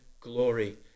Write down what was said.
glory